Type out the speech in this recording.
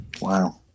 Wow